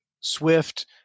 swift